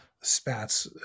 spats